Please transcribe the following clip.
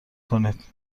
کنید